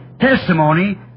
testimony